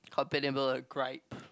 compatible ah griped